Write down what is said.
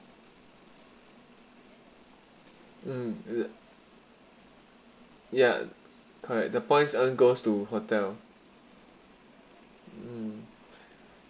mm the ya correct the points earns goes to hotel mm